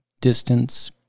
distance